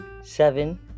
seven